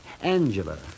angela